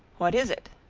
what is it?